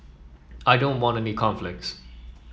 I don't want any conflicts